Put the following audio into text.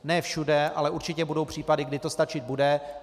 Ne všude, ale určitě budou případy, kdy to stačit bude.